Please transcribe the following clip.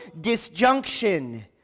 disjunction